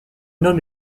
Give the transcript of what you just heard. homme